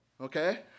okay